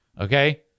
Okay